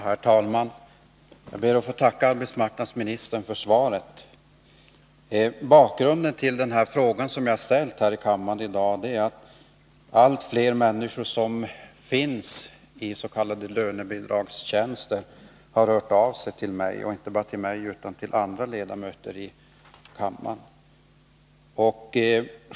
Herr talman! Jag ber att få tacka arbetsmarknadsministern för svaret. Bakgrunden till den fråga jag ställt är att allt fler människor i s.k. lönebidragstjänster har hört av sig till mig och till andra ledamöter av kammaren.